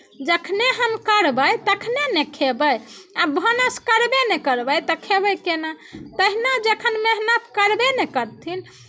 जखने हम करबै तखनहि ने खेबै आ भानस करबे नहि करबै तऽ खेबै केना तहिना जखन मेहनत करबे नहि करथिन